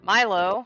Milo